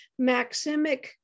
maximic